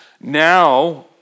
Now